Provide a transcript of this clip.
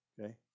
Okay